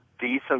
decent